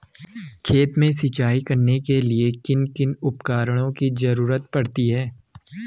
खेत में सिंचाई करने के लिए किन किन उपकरणों की जरूरत पड़ती है?